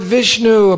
Vishnu